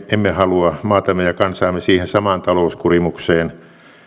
emme halua maatamme ja kansaamme siihen samaan talouskurimukseen